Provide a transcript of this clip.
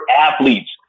athletes